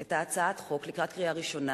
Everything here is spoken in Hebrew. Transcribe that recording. את הצעת החוק לקראת קריאה ראשונה,